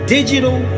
digital